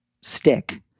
stick